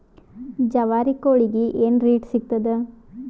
ಜವಾರಿ ಕೋಳಿಗಿ ಏನ್ ರೇಟ್ ಸಿಗ್ತದ?